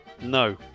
No